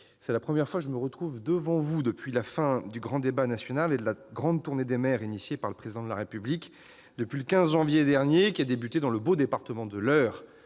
c'est la première fois que je me retrouve devant vous depuis la fin du grand débat national et de la grande tournée des maires lancée par le Président de la République. C'est le 15 janvier dernier, dans le beau département de l'Eure,